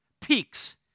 peaks